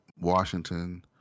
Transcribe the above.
Washington